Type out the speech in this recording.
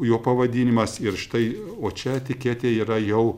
jo pavadinimas ir štai o čia etiketė yra jau